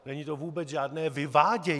Není to vůbec žádné vyvádění!